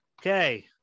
Okay